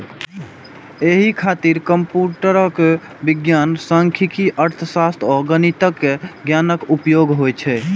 एहि खातिर कंप्यूटर विज्ञान, सांख्यिकी, अर्थशास्त्र आ गणितक ज्ञानक उपयोग होइ छै